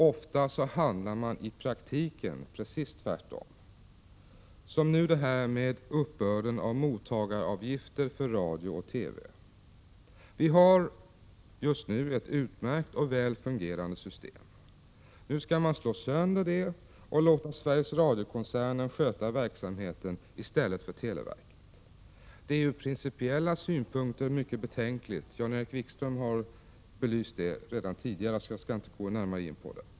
Ofta blir resultatet i praktiken precis det motsatta — som nu detta med uppbörden av mottagaravgiften för radio och TV. Vi har just nu ett utmärkt och väl fungerande system. Nu skall man slå sönder det och låta Sveriges Radio-koncernen sköta den verksamheten i stället för televerket. Det är från principiella synpunkter mycket beklagligt. Jan-Erik Wikström har redan belyst det, så jag skall inte gå närmare in på det.